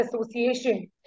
Association